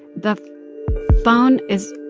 the phone is